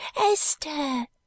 Esther